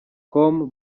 com